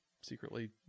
secretly